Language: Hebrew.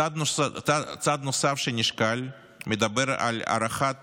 צעד נוסף שנשקל מדבר על הארכת